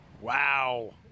Wow